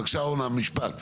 בבקשה, אורנה, משפט.